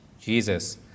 Jesus